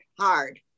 hard